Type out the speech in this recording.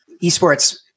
esports